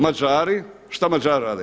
Mađari – šta Mađari rade?